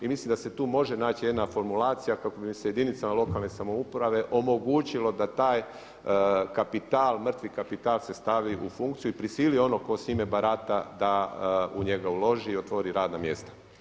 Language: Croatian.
I mislim da se tu može naći jedna formulacija kako bi se jedinicama lokalne samouprave omogućilo da taj kapital, mrtvi kapital se stavi u funkciju i prisili onog ko s njime barata da u njega uloži i otvori radna mjesta.